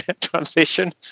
transition